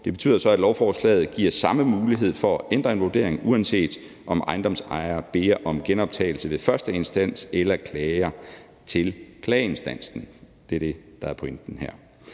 var inde på, giver samme mulighed for at ændre en vurdering, uanset om ejendomsejer beder om genoptagelse ved første instans eller klager til klageinstansen. Det er det, der er pointen her.